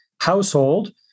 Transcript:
household